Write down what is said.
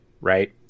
right